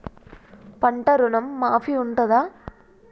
పంట ఋణం మాఫీ ఉంటదా?